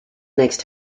next